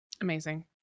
Amazing